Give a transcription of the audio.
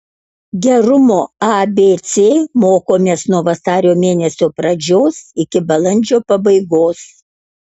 gerumo abc mokomės nuo vasario mėnesio pradžios iki balandžio pabaigos